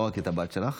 לא רק את הבת שלך.